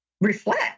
reflect